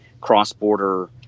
cross-border